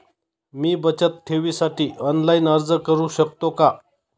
मी बचत ठेवीसाठी ऑनलाइन अर्ज करू शकतो का?